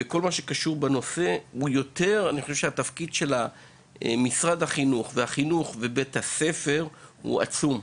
החינוך הוא יותר של משרד החינוך והחינוך בבית הספר הוא עצום.